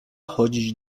chodzić